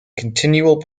continual